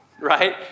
right